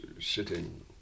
sitting